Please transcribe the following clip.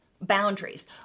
boundaries